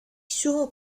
suo